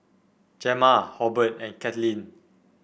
Gemma Hobert and Katlynn